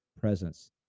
presence